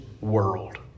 world